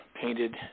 painted